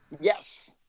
Yes